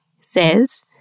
says